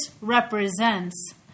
represents